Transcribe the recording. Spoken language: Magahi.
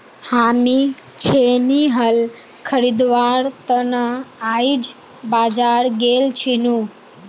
हामी छेनी हल खरीदवार त न आइज बाजार गेल छिनु